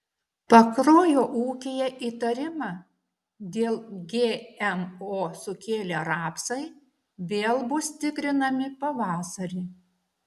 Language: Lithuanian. pakruojo ūkyje įtarimą dėl gmo sukėlę rapsai vėl bus tikrinami pavasarį